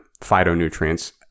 phytonutrients